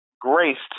graced